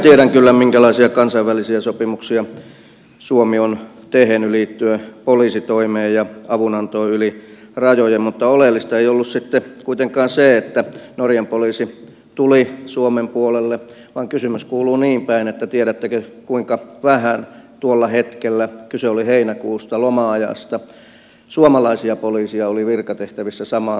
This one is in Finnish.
tiedän kyllä minkälaisia kansainvälisiä sopimuksia suomi on tehnyt liittyen poliisitoimeen ja avunantoon yli rajojen mutta oleellista ei ollut sitten kuitenkaan se että norjan poliisi tuli suomen puolelle vaan kysymys kuuluu niinpäin että tiedättekö kuinka vähän tuolla hetkellä kyse oli heinäkuusta loma ajasta suomalaisia poliiseja oli virkatehtävissä samaan aikaan